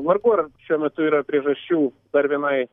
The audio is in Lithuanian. vargu ar šiuo metu yra priežasčių dar vienai